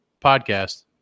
podcast